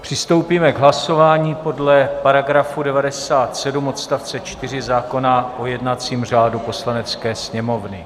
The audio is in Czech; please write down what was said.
Přistoupíme k hlasování podle § 97 odst. 4 zákona o jednacím řádu Poslanecké sněmovny.